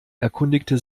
erkundigte